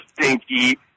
stinky